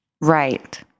Right